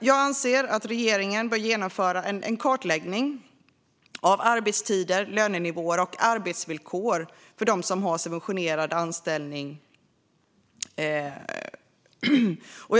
Jag anser därför att regeringen bör genomföra en kartläggning av arbetstider, lönenivåer och arbetsvillkor för dem som har subventionerade anställningar.